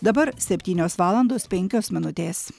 dabar septynios valandos penkios minutės